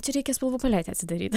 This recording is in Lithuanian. čia reikia spalvų paletę atsidaryt